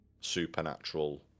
supernatural